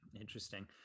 Interesting